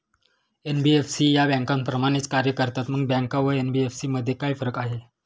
NBFC या बँकांप्रमाणेच कार्य करतात, मग बँका व एन.बी.एफ.सी मध्ये काय फरक आहे?